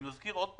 אני מזכיר עוד פעם,